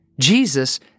Jesus